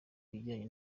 ibijyanye